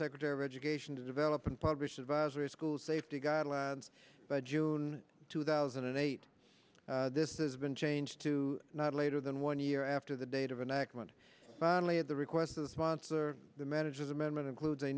secretary of education to develop and publish advisory school safety guidelines by june two thousand and eight this has been changed to not later than one year after the date of an accident finally at the request of the sponsor the manager's amendment includes